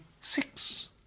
six